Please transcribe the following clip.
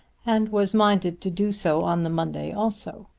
and was minded to do so on the monday also.